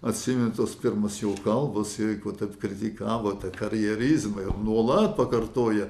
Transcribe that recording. atsimenu tos pirmos jo kalbos ir tad kritikavo tą karjerizmą ir nuolat pakartoja